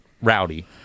Rowdy